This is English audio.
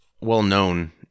well-known